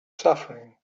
suffering